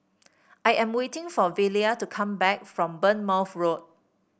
I am waiting for Velia to come back from Bournemouth Road